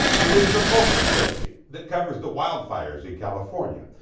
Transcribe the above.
it is the local station that covers the wildfires in california,